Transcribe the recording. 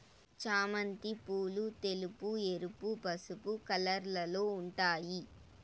చామంతి పూలు తెలుపు, ఎరుపు, పసుపు కలర్లలో ఉంటాయి